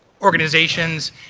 organizations.